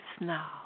now